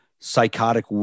psychotic